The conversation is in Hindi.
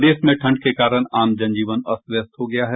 प्रदेश में ठंड के कारण आम जनजीवन अस्त व्यस्त हो गया है